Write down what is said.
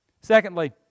secondly